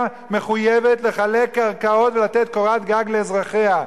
מחויבת לחלק קרקעות ולתת קורת גג לאזרחיה,